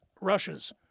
Russia's